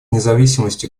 независимости